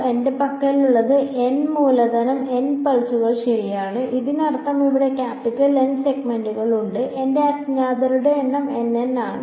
എന്റെ പക്കലുള്ളത് N മൂലധനം N പൾസുകൾ ശരിയാണ് അതിനർത്ഥം ഇവിടെ ക്യാപിറ്റൽ N സെഗ്മെന്റുകൾ ഉണ്ട് എന്റെ അജ്ഞാതരുടെ എണ്ണം N N ആണ്